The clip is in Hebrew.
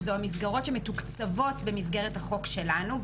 שאלה המסגרות שמתוקצבות במסגרת החוק שלנו,